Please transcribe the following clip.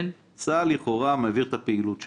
צה"ל לכאורה מעביר את הפעילות שלו,